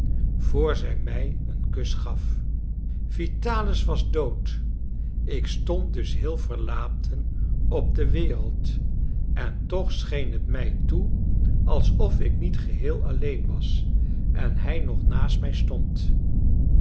vr zij mij een kus gaf vitalis was dood ik stond dus heel verlaten op de wereld en toch scheen het mij toe alsof ik niet geheel alleen was en hij nog naast mij stond